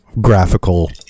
graphical